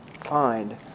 find